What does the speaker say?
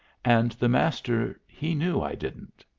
and the master he knew i didn't,